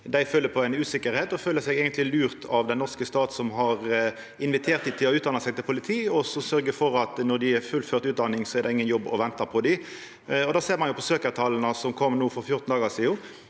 Dei føler på ein usikkerheit og føler seg eigentleg lurt av den norske stat, som har invitert dei til å utdanna seg til politi og så sørgjer for at når dei har fullført utdanninga, er det ingen jobb som ventar på dei. Det ser ein på søkjartala som kom for 14 dagar sidan.